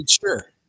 sure